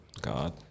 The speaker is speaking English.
God